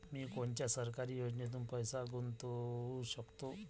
मी कोनच्या सरकारी योजनेत पैसा गुतवू शकतो?